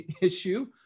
issue